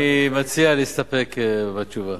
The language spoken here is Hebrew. אני מציע להסתפק בתשובה.